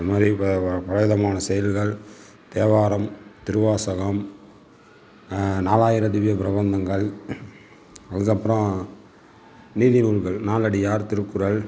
அது மாதிரி பல விதமான செய்யுள்கள் தேவாரம் திருவாசகம் நாலாயிர திவ்ய பிரபந்தங்கள் அதுக்கப்றம் நீதிநூல்கள் நாலடியார் திருக்குறள்